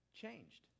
changed